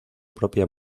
propia